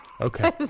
okay